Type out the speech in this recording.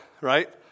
right